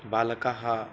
बालकः